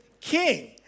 king